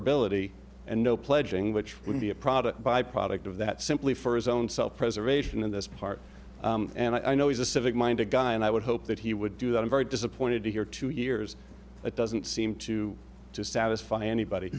ability and no pledging which would be a product by product of that simply for his own self preservation in this part and i know he's a civic minded guy and i would hope that he would do that i'm very disappointed to hear two years it doesn't seem to satisfy anybody